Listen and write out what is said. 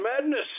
madness